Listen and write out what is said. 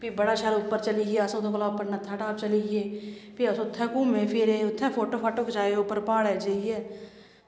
फ्ही बड़ा शैल उप्पर चली गे अस ओह्दे कोला उप्पर नत्थाटाप चली गे फ्ही अस उत्थें घूमे फिरे उत्थें फोटो फाटो खचाए उप्पर प्हाड़ै पर जाइयै